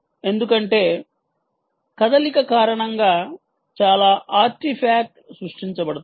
ఎందుకంటే కదలిక కారణంగా చాలా ఆర్టిఫ్యాక్ట్ లు సృష్టించబడతాయి